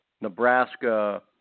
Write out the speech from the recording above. Nebraska